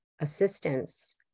assistance